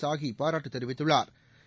சாஹிபாராட்டுதெரிவித்துள்ளாா்